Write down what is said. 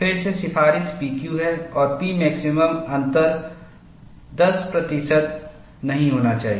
फिर से सिफारिश PQ है और Pmaximum अंतर 10 प्रतिशत नहीं होना चाहिए